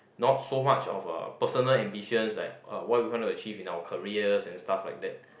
not so much of uh personal ambitions like uh what we want to achieve in our careers and stuff like that